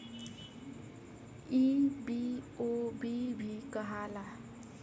ई बी.ओ.बी भी कहाला